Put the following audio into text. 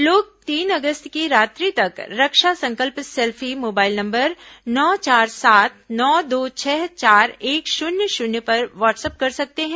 लोग तीन अगस्त की रात्रि तक रक्षा संकल्प सेल्फी मोबाइल नंबर नौ चार सात नौ दो छह चार एक शून्य शून्य पर वाट्सअप कर सकते हैं